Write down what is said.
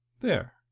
There